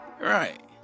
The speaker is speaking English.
right